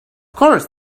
course